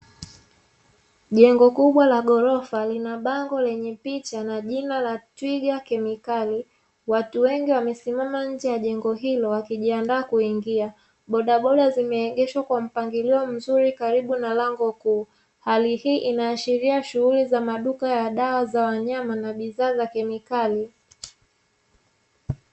Jengo kubwa la gorofa lina bango lenye picha na jina la "TWIGA KEMIKALI" watu wengi wamesimama nje ya jengo hilo wakijiandaa kuingia, bodaboda zimeegeshwa kwa mpangilio mzuri karibu na lango kuu, hali hii inaashiria shuhuli za maduka ya dawa za wanyama na bidhaa za kemikali.